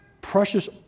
precious